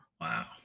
Wow